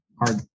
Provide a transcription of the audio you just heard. hard